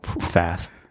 fast